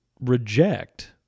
reject